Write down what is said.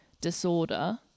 disorder